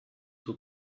zur